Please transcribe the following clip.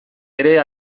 ere